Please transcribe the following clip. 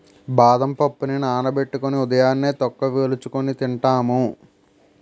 బాదం పప్పుని నానబెట్టుకొని ఉదయాన్నే తొక్క వలుచుకొని తింటాము